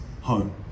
home